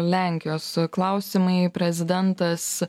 lenkijos klausimai prezidentas